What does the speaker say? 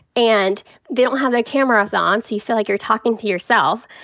and they don't have their cameras on. so you feel like you're talking to yourself.